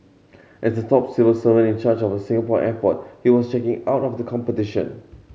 as the top civil servant in charge of Singapore airport he was checking out of the competition